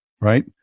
right